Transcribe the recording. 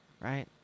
right